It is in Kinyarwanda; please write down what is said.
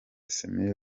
semi